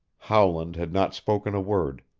howland had not spoken a word,